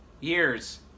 years